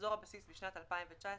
מחזור הבסיס בשנת 2019),